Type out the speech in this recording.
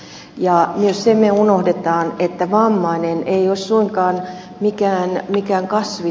myös sen me unohdamme että vammainen ei ole suinkaan mikään kasvi